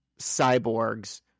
cyborgs